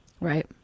Right